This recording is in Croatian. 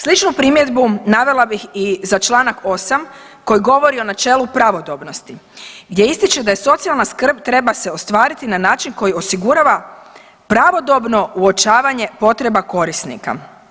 Sličnu primjedbu navela bih i za čl. 8. koji govori o načelu pravodobnosti gdje ističe da je socijalna skrb treba se ostvariti na način koji osigurava pravodobno uočavanje potreba korisnika.